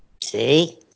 See